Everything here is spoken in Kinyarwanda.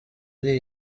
uri